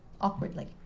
awkwardly